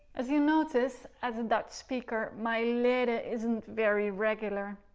as you notice, as a dutch speaker, my lere isn't very regular.